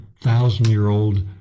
thousand-year-old